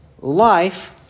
life